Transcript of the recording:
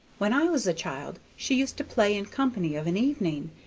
when i was a child she used to play in company of an evening,